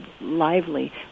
lively